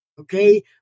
Okay